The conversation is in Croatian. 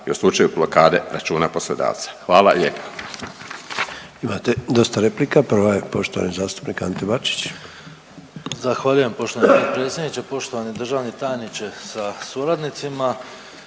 i u slučaju blokade računa poslodavca. Hvala lijepa. **Sanader, Ante (HDZ)** Imate dosta replika. Prva je poštovani zastupnik Ante Bačić. **Bačić, Ante (HDZ)** Zahvaljujem poštovani predsjedniče, poštovani državni tajniče sa suradnicima.